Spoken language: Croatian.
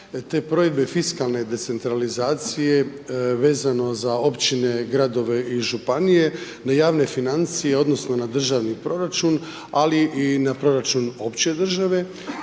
te provedbe fiskalne decentralizacije vezano za općine, gradove i županije, na javne financije odnosno na državni proračun, ali i na proračun opće države.